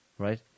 Right